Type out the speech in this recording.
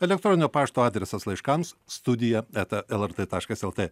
elektroninio pašto adresas laiškams studija eta lrt taškas lt